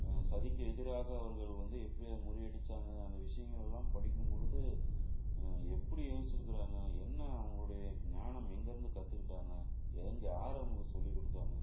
சதிக்கு எதிராக அவர்கள் வந்து எப்படி அதை முறி அடிச்சாங்கள் அந்த விஷயங்களெல்லாம் படிக்கும் பொழுது எப்படி யோசிச்சிருக்குறாங்க என்ன அவங்களுடைய ஞானம் எங்கேருந்து கத்துக்கிட்டாங்கள் எங் யார் அவங்களுக்கு சொல்லிக் கொடுத்தாங்க